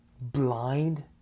blind